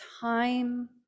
time